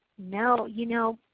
no, you know,